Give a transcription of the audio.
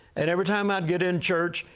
and every time i'd get in church,